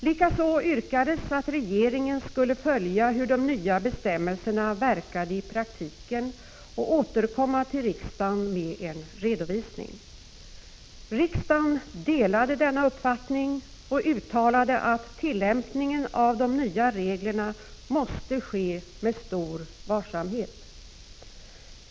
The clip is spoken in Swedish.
Likaså yrkades att regeringen skulle följa hur de nya bestämmelserna verkade i praktiken och återkomma till riksdagen med en redovisning. Riksdagen delade vår uppfattning att reglerna borde tillämpas generöst och uttalade att tillämpningen av dem måste ske med stor varsamhet.